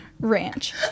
Ranch